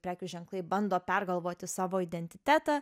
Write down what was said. prekių ženklai bando pergalvoti savo identitetą